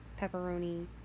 pepperoni